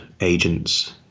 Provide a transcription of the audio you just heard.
agents